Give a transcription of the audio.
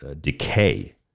decay